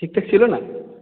ঠিকঠাক ছিল না